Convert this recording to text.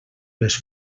les